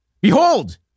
Behold